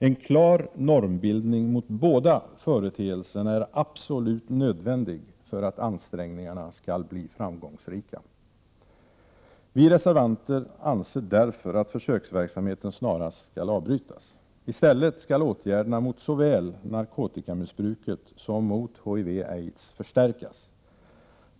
En klar normbildning mot båda företeelserna är absolut nödvändig för att ansträngningarna skall bli framgångsrika! Vi reservanter anser därför att försöksverksamheten snarast skall avbrytas. I stället skall åtgärderna mot såväl narkotikamissbruket som HIV/aids förstärkas.